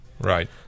Right